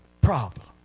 problem